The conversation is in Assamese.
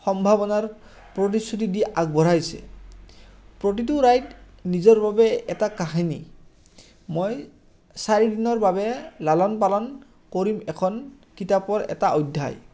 সম্ভাৱনাৰ প্ৰতিশ্ৰুতি দি আগবঢ়াইছে প্ৰতিটো ৰাইড নিজৰ বাবে এটা কাহিনী মই চাৰিদিনৰ বাবে লালন পালন কৰিম এখন কিতাপৰ এটা অধ্যায়